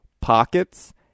pockets